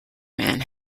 man